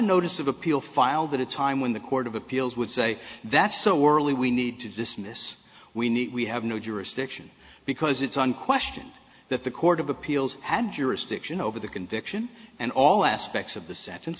notice of appeal filed at a time when the court of appeals would say that's so worley we need to dismiss we need we have no jurisdiction because it's on question that the court of appeals had jurisdiction over the conviction and all aspects of the sentence